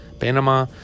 Panama